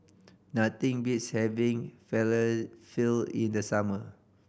nothing beats having Falafel in the summer